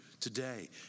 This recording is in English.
today